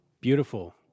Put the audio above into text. Beautiful